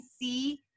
see